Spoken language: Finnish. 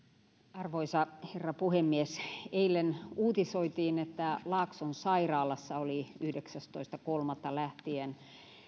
arvoisa herra puhemies eilen uutisoitiin että laakson sairaalassa oli yhdeksästoista kolmatta lähtien